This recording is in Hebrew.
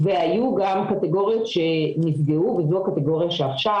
והיו גם קטגוריות שנפגעו וזו הקטגוריה שעכשיו,